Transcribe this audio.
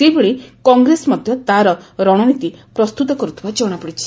ସେହିଭଳି କଂଗ୍ରେସ ମଧ୍ଘ ତା'ର ରଶନୀତି ପ୍ରସ୍ତୁତ କରୁଥିବା ଜଶାପଡିଛି